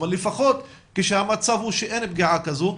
אבל לפחות כשהמצב הוא שאין פגיעה כזו.